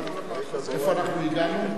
לאיפה אנחנו הגענו?